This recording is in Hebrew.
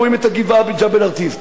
שרואים את הגבעה בג'בל-ארטיס,